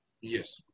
Yes